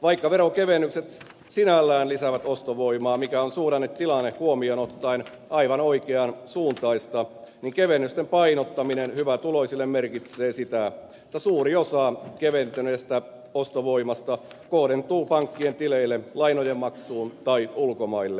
vaikka veronkevennykset sinällään lisäävät ostovoimaa mikä on suhdannetilanne huomioon ottaen aivan oikean suuntaista niin kevennysten painottaminen hyvätuloisille merkitsee sitä että suuri osa keventyneestä ostovoimasta kohdentuu pankkien tileille lainojen maksuun tai ulkomaille